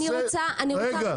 אבל זה לא נושא הדיון.